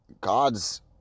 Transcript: God's